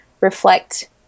reflect